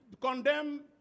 condemn